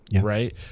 Right